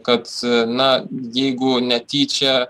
kad na jeigu netyčia